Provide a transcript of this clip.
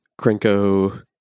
krenko